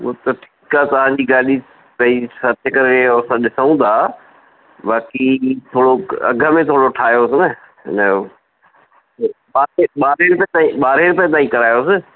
उहा त ठीकु आहे तव्हांजी गाॾी सही सर्च करे असां ॾिसूं था बाक़ी थोरो अघ में थोरो ठाहियोसि न हिनजो ॿारहें ॿारहें रुपए ताईं ॿारहें रुपए ताईं करायोसि